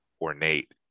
ornate